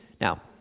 Now